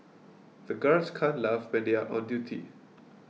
the guards can't laugh when they are on duty